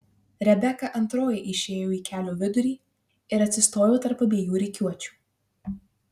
rebeka antroji išėjo į kelio vidurį ir atsistojo tarp abiejų rikiuočių